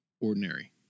ordinary